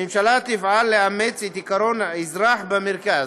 הממשלה תפעל לאמץ את עקרון האזרח במרכז.